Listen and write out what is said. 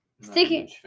Sticking